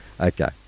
Okay